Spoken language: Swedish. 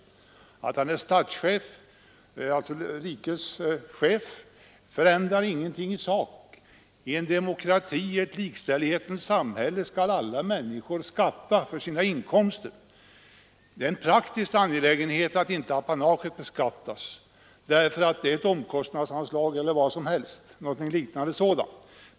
Att han är statschef, alltså rikets chef, förändrar ingenting i sak. I en demokrati, i ett likställighetens samhälle, skall alla människor skatta för sina inkomster. Det är en praktisk angelägenhet att inte apanaget beskattas — det är ju fråga om ett omkostnadsanslag.